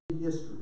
history